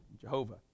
Jehovah